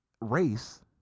race